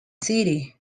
city